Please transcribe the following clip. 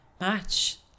match